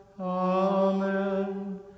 Amen